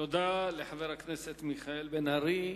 תודה לחבר הכנסת מיכאל בן-ארי.